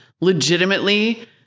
legitimately